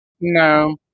No